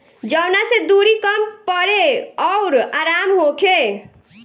जवना से दुरी कम पड़े अउर आराम होखे